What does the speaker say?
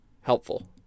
helpful